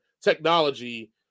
technology